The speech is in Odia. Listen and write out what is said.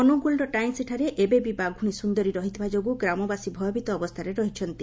ଅନୁଗୋଳର ଟାଇଂସିଠାରେ ଏବେ ବି ବାଘୁଶୀ ସୁନ୍ଦରୀ ରହିଥିବା ଯୋଗୁଁ ଗ୍ରାମବାସୀ ଭୟଭୀତ ଅବସ୍ସାରେଅଛନ୍ତି